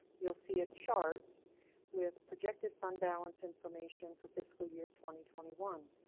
you'll see a chart with projected fund balance information for fiscal year twenty twenty one.